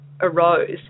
arose